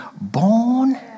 born